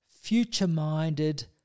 future-minded